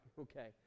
okay